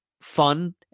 fun